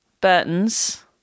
Burtons